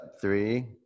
Three